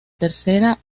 tercera